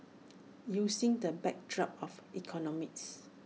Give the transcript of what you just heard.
using the backdrop of economics